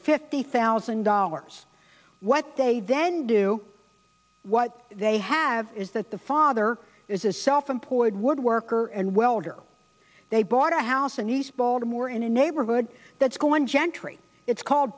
fifty thousand dollars what they then do what they have is that the father is a self employed woodworker and welder they bought a house in east baltimore in a neighborhood that's going gentry it's called